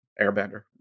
Airbender